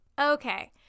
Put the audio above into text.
Okay